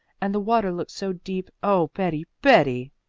and the water looked so deep. oh, betty, betty!